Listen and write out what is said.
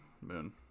Moon